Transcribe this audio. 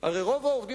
החוקיים